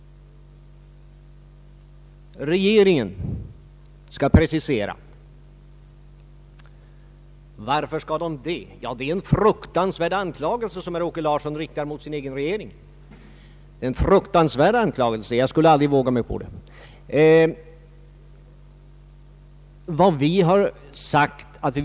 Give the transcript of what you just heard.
Regeringen skall senare precisera sin uppfattning säger herr Larsson. Det måste betyda att herr Larsson medger vad jag sa. Vidare riktar herr Larsson en fruktansvärd anklagelse mot sin egen regering. Det skulle jag som utanförstående knappast våga mig på.